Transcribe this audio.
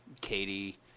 Katie